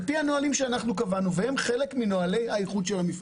זה על פי הנהלים שאנחנו קבענו והם חלק מנהלי האיכות של המפעל.